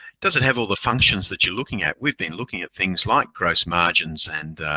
does it have all the functions that you're looking at, we've been looking at, things like gross margins and